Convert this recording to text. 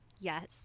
Yes